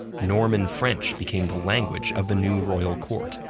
norman french became the language of the new royal court,